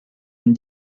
une